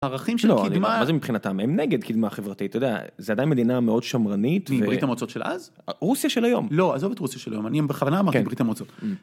ערכים של מבחינתם הם נגד קדמה חברתית זה עדיין מדינה מאוד שמרנית ברית המועצות של אז, רוסיה של היום לא עזוב את רוסיה של היום אני בכלל אמרתי ברית המועצות.